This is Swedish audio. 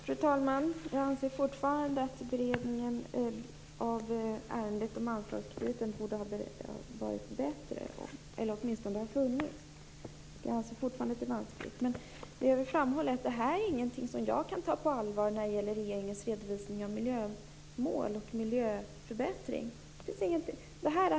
Fru talman! Jag anser fortfarande att beredningen av ärendet om anslagskrediten borde ha varit bättre eller åtminstone ha funnits. Jag anser fortfarande att detta är vanskligt. Jag vill framhålla att regeringens redovisning av miljömål och miljöförbättringar inte är någonting som jag kan ta på allvar.